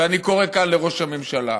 ואני קורא כאן לראש הממשלה: